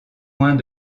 moins